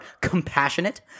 compassionate